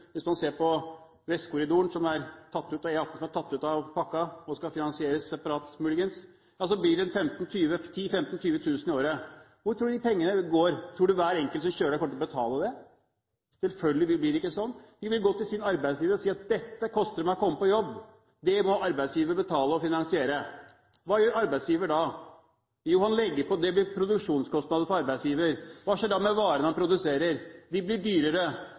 Hvis man bor f.eks. rundt Vestkorridoren, som er tatt ut av pakka, og muligens, skal finansieres separat, ja så blir det 10 000–20 000 kr i året. Hvor tror man de pengene går? Tror man at hver enkelt som kjører der, kommer til å betale det? Selvfølgelig blir det ikke sånn. De vil gå til sin arbeidsgiver og si at dette koster det meg å komme på jobb – det må arbeidsgiver betale og finansiere. Hva gjør arbeidsgiver da? Jo, det blir produksjonskostnader for arbeidsgiver, han legger på. Hva skjer da med varene han produserer? De blir dyrere.